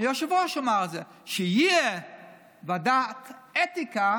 היושב-ראש אמר את זה, שתהיה ועדת אתיקה